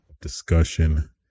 discussion